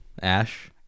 Ash